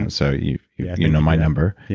and so you yeah you know my number.